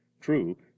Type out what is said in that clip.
True